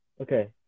okay